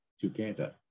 together